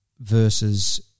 versus